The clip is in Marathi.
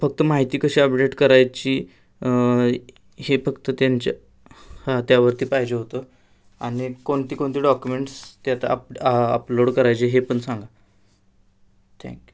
फक्त माहिती कशी अपडेट करायची हे फक्त त्यांच्या हां त्यावरती पाहिजे होतं आणि कोणती कोणती डॉक्युमेंट्स त्यात अप अपलोड करायची हे पण सांगा थँक यू